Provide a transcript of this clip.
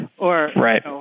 Right